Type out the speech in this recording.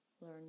learn